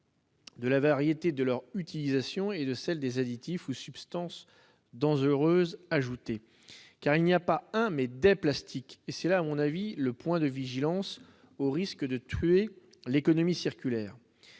De la variété de leur utilisation et de celle des additifs ou substances dangereuses ajouter car il n'y a pas un mais des plastiques et c'est là où mon avis, le point de vigilance au risque de tuer l'économie circulaire